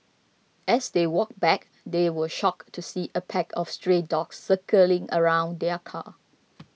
as they walked back they were shocked to see a pack of stray dogs circling around their car